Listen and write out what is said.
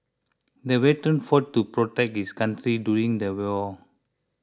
the veteran fought to protect his country during the war